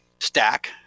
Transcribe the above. stack